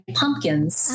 pumpkins